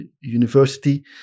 university